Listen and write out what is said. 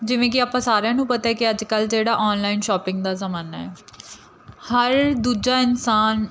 ਜਿਵੇਂ ਕਿ ਆਪਾਂ ਸਾਰਿਆਂ ਨੂੰ ਪਤਾ ਕਿ ਅੱਜ ਕੱਲ੍ਹ ਜਿਹੜਾ ਔਨਲਾਈਨ ਸ਼ਾਪਿੰਗ ਦਾ ਜ਼ਮਾਨਾ ਹਰ ਦੂਜਾ ਇਨਸਾਨ